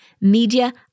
media